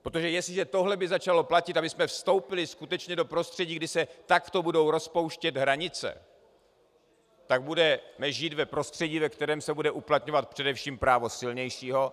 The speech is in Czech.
Protože jestliže tohle by začalo platit a my jsme vstoupili skutečně do prostředí, kdy se takto budou rozpouštět hranice, tak budeme žít v prostředí, ve kterém se bude uplatňovat především právo silnějšího.